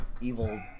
evil